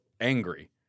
angry